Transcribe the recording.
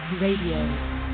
Radio